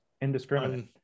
indiscriminate